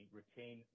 retain